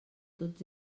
tots